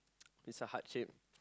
it's a heart shape